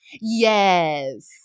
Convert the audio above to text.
yes